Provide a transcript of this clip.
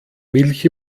milch